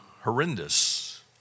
horrendous